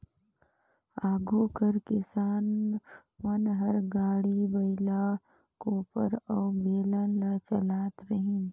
आघु कर किसान मन हर गाड़ी, बइला, कोपर अउ बेलन ल चलात रहिन